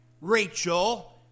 Rachel